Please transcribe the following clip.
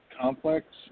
Complex